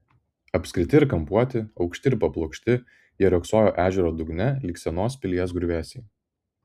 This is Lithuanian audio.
apskriti ir kampuoti aukšti ir paplokšti jie riogsojo ežero dugne lyg senos pilies griuvėsiai